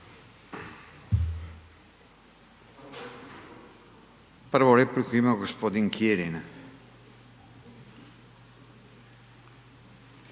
Hvala vam